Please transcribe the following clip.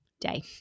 day